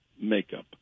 makeup